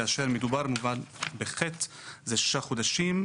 כאשר מדובר בחטא זה ששה חודשים,